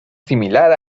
similar